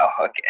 Okay